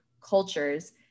cultures